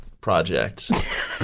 project